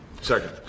Second